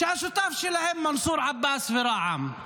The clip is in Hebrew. שהשותפים שלהם הם מנסור עבאס ורע"מ.